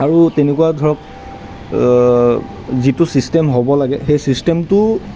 আৰু তেনেকুৱা ধৰক যিটো ছিষ্টেম হ'ব লাগে সেই ছিষ্টেমটো